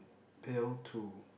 pill two